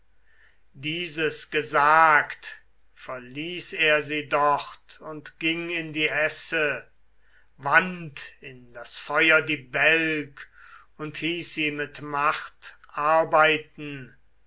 dieses gesagt verließ er sie dort und ging in die esse wandt in das feuer die bälg und hieß sie mit macht